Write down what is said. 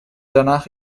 danach